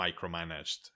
micromanaged